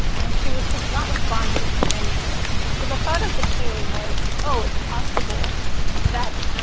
and she was just not responding to any of them. so the thought of the team was, oh, it's possible that,